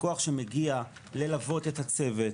פיקוח שמגיע ללוות את הצוות,